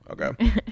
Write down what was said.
okay